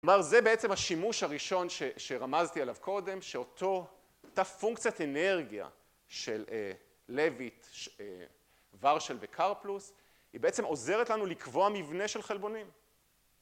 כלומר זה בעצם השימוש הראשון שרמזתי עליו קודם, שאותה פונקציית אנרגיה של לויט ורשל וקרפלוס היא בעצם עוזרת לנו לקבוע מבנה של חלבונים.